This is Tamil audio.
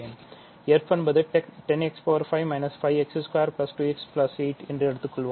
f என்பது 10 x 5 5 x 2 2 x 8 என்று எடுத்துக்கொள்வோம்